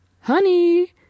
Honey